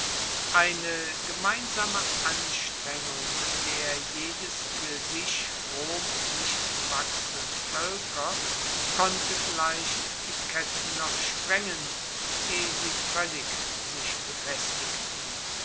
eine gemeinsame anstrengung der jedes fuer sich rom nicht gewachsenen voelker konnte vielleicht die ketten noch sprengen ehe sie voellig sich befestigten